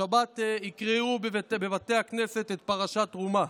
השבת יקראו בבתי הכנסת את פרשת תרומה.